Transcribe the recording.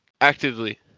actively